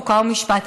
חוק ומשפט,